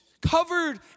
covered